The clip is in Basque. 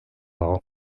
dago